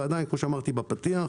ועדיין, כפי שאמרתי בפתיח,